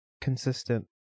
consistent